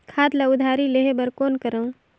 खाद ल उधारी लेहे बर कौन करव?